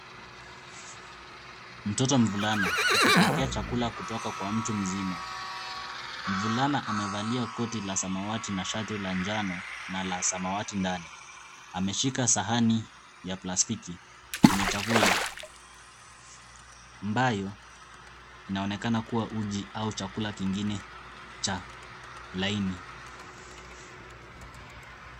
Mtoto mvulana, akipokea chakula kutoka kwa mtu mzima. Mvulana amevalia koti la samawati na shati la njano, na la samawati ndani. Ameshika sahani ya plastiki, yenye chakula, ambayo inaonekana kuwa uji au chakula kingine cha laini.